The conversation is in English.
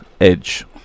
Edge